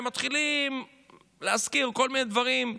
ומתחילים להזכיר כל מיני דברים: